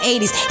80s